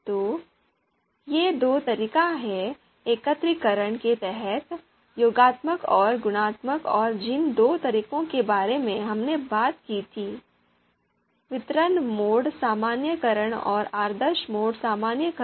तो ये दो तरीके हैं एकत्रीकरण के तहत योगात्मक और गुणात्मक और जिन दो तरीकों के बारे में हमने बात की थी वितरण मोड सामान्यीकरण और आदर्श मोड सामान्यीकरण